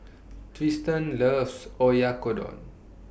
Trystan loves Oyakodon